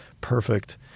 perfect